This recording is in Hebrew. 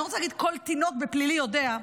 אני לא רוצה להגיד "כל תינוק בפלילי יודע"